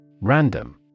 Random